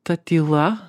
ta tyla